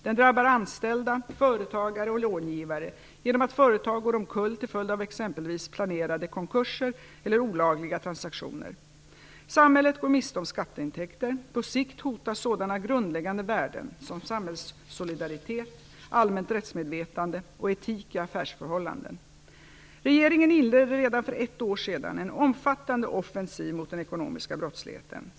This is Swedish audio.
Den drabbar anställda, företagare och långivare genom att företag går omkull till följd av exempelvis planerade konkurser eller olagliga transaktioner. Samhället går miste om skatteintäkter. På sikt hotas sådana grundläggande värden som samhällssolidaritet, allmänt rättsmedvetande och etik i affärsförhållanden. Regeringen inledde redan för ett år sedan en omfattande offensiv mot den ekonomiska brottsligheten.